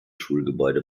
schulgebäude